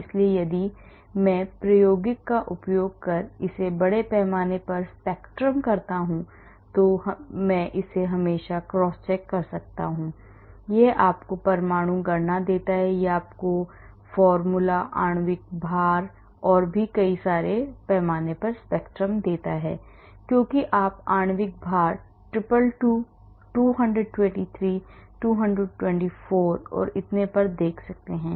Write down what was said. इसलिए यदि मैं प्रायोगिक का उपयोग कर एक बड़े पैमाने पर स्पेक्ट्रम करता हूं तो मैं इसे हमेशा क्रॉसचेक कर सकता हूं यह आपको परमाणु गणना देता है यह आपको सूत्र आणविक भार और भी बड़े पैमाने पर स्पेक्ट्रम देता है क्योंकि आप आणविक भार 222 223 224 और इतने पर देख सकते हैं